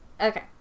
okay